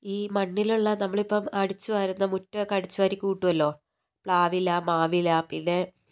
ഈ മണ്ണിലുള്ള നമ്മളിപ്പം അടിച്ച് വാരുന്ന മുറ്റമൊക്കെ അടിച്ച് വാരി കൂട്ടുമല്ലോ പ്ലാവില മാവില പിന്നെ